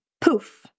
poof